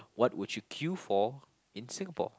what would you queue for in Singapore